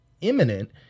imminent